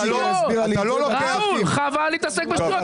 ראול, חבל להתעסק בשטויות.